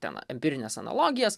ten empirines analogijas